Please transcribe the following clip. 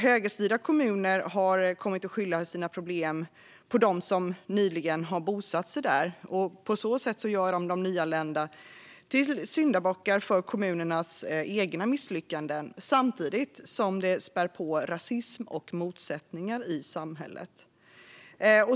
Högerstyrda kommuner har kommit att skylla sina problem på dem som nyligen bosatt sig där. På så sätt gör man de nyanlända till syndabockar för kommunernas egna misslyckanden samtidigt som man spär på rasism och motsättningar i samhället.